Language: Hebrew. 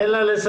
תן לה לסיים.